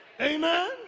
Amen